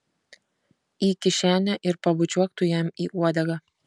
į kišenę ir pabučiuok tu jam į uodegą